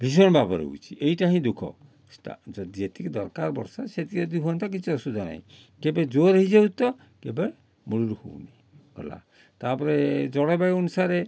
ଭୀଷଣ ଭାବରେ ହେଉଛି ଏଇଟା ହିଁ ଦୁଃଖ ତା ଯେତିକି ଦରକାର ବର୍ଷା ସେତିକି ଯଦି ହୁଅନ୍ତା କିଛି ଅସୁବିଧା ନାହିଁ କେବେ ଜୋରେ ହେଇଯାଉଛି ତ କେବେ ମୂଳରୁ ହେଉନି ଗଲା ତା'ପରେ ଜଳବାୟୁ ଅନୁସାରେ